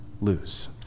lose